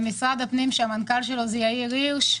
המשרד ברשות המנכ"ל יאיר הירש,